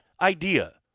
idea